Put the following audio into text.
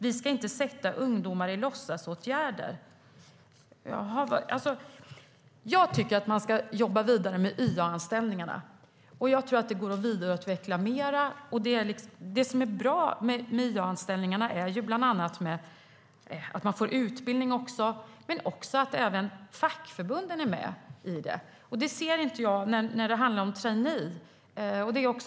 Vi ska inte sätta ungdomar i låtsasåtgärder." Jag tycker att man ska jobba vidare med YA-anställningarna. Jag tror att de går att vidareutveckla. Det som är bra med YA-anställningarna är bland annat att man får utbildning men också att även fackförbunden är med. Det ser jag inte när det handlar om traineejobben.